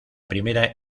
primera